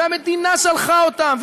והמדינה שלחה אותם,